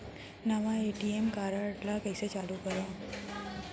नवा ATM card ल कइसे चालू करव?